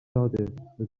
ازادهحجابشم